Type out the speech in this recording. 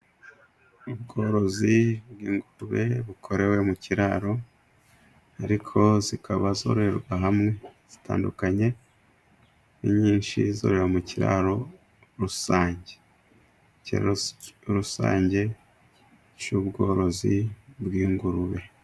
Ubworozi bw'ingurube bukorewe mu kiraro ariko zikaba zororerwa hamwe zitandukanye. Ni nyinshi zorerwa mu kiraro rusange ikiraro rusange cy'bworozi bw'ingurube.